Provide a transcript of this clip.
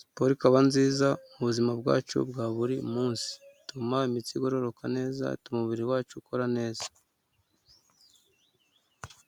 siporo ikaba nziza mu buzima bwacu bwa buri munsi, ituma imitsi igororoka neza, ituma umubiri wacu ukora neza.